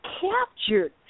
captured